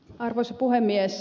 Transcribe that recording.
arvoisa puhemies